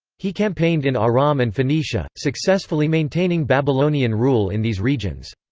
he campaigned in aram and phoenicia, successfully maintaining babylonian rule in these regions.